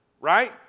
right